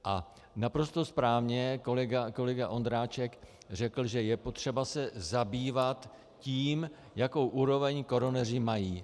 A naprosto správně kolega Ondráček řekl, že je potřeba se zabývat tím, jakou úroveň koroneři mají.